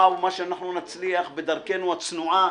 מה שאנחנו נצליח בדרכנו הצנועה,